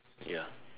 ya